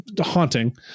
haunting